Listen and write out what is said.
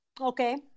Okay